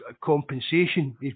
compensation